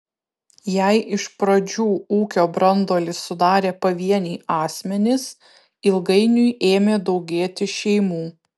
jei iš pradžių ūkio branduolį sudarė pavieniai asmenys ilgainiui ėmė daugėti šeimų